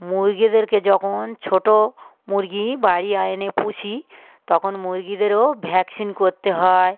মুরগিদেরকে যখন ছোটো মুরগি বাড়ি আয়নে পুষি তখন মুরগিদেরও ভ্যাকসিন করতে হয়